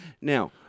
Now